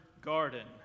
garden